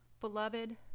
Beloved